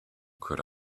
could